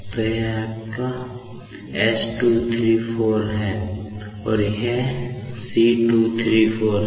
तो यह आपके s 234 के अलावा कुछ नहीं है और यह c 234 है